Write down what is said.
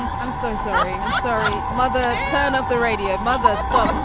i'm so sorry i'm sorry, mother. turn off the radio. mother, stop.